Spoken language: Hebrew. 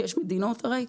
כי יש מדינות הרי,